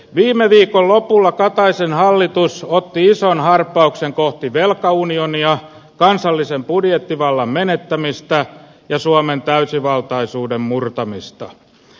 viime viikon lopulla kataisen hallitus otti ison harppauksen kohti velkaunionia kansallisen budjettivallan menettämistä ja suomen täysivaltaisuuden murtamista